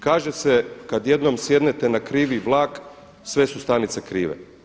Kaže se kad jednom sjednete na krivi vlak sve su stanice krive.